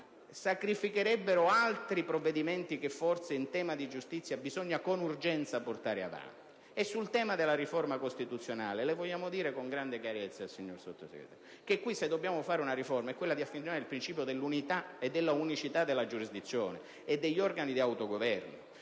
sacrificherebbero altri provvedimenti che forse, in tema di giustizia, bisogna con urgenza portare avanti? Sul tema della riforma costituzionale le vogliamo dire con grande chiarezza, signor Sottosegretario, che la riforma che dobbiamo fare è quella di applicare il principio dell'unità e dell'unicità della giurisdizione e degli organi di autogoverno.